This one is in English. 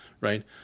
right